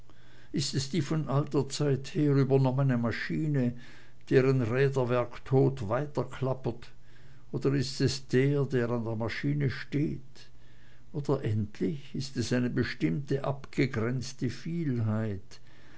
ist es die von alter zeit her übernommene maschine deren räderwerk tot weiterklappert oder ist es der der an der maschine steht oder endlich ist es eine bestimmte abgegrenzte vielheit